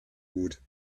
gut